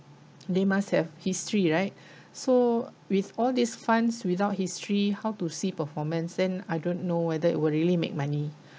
they must have history right so with all these funds without history how to see performance then I don't know whether it will really make money